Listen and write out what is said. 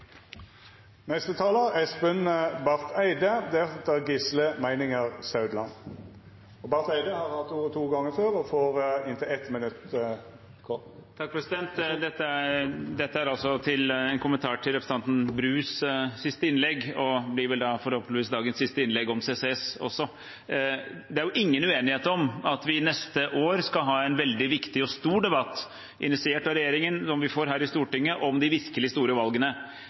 er. Representanten Espen Barth Eide har hatt ordet to gonger tidlegare og får ordet til ein kort merknad, avgrensa til 1 minutt. Dette er en kommentar til representanten Brus siste innlegg, og det blir vel forhåpentligvis også dagens siste innlegg om CCS. Det er ingen uenighet om at vi neste år skal ha en veldig viktig og stor debatt her i Stortinget, initiert av regjeringen, om de virkelig store valgene. Den kritikken en samlet opposisjon og – i